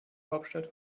hauptstadt